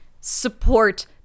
support